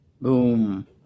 Boom